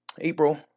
April